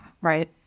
right